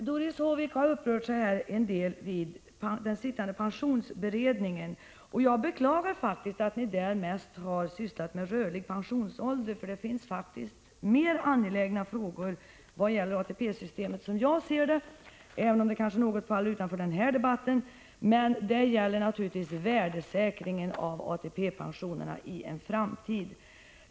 Doris Håvik har uppehållit sig en del vid den sittande pensionsberedningen. Jag beklagar faktiskt, att ni i denna mest har sysslat med frågan om rörlig pensionsålder. Det finns, som jag ser det, mer angelägna frågor när det gäller ATP-systemet. Även om det kanske faller något utanför denna debatt, kan jag nämna att jag naturligtvis tänker på värdesäkringen av ATP-pensionerna i en framtid.